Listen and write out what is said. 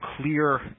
clear